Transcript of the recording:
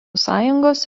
sąjungos